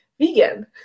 vegan